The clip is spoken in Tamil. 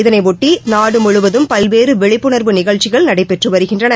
இதனையொட்டிநாடுமுழுவதும் பல்வேறுவிழிப்புணா்வு நிகழ்ச்சிகள் நடைபெற்றுவருகின்றன